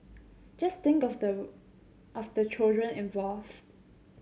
just think of the of the children involved